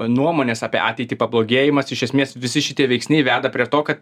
nuomonės apie ateitį pablogėjimas iš esmės visi šitie veiksniai veda prie to kad